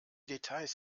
details